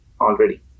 Already